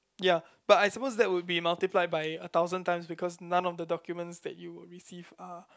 ya but I suppose that would be multiplied by a thousand times because none of the documents that you would receive are